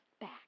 back